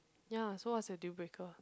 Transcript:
ya so what's your deal breaker